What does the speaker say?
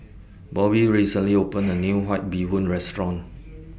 Bobbi recently opened A New White Bee Hoon Restaurant